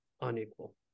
unequal